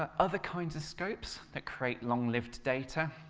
ah other kinds of scopes that create long-lived data.